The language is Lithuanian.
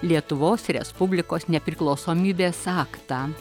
lietuvos respublikos nepriklausomybės aktą